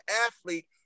athlete